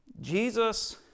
Jesus